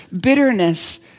bitterness